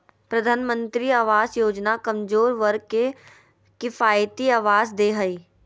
प्रधानमंत्री आवास योजना कमजोर वर्ग के किफायती आवास दे हइ